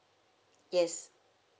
yes